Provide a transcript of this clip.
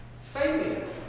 failure